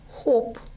hope